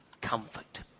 comfort